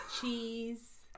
cheese